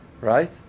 Right